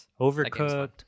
Overcooked